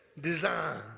design